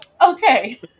okay